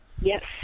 Yes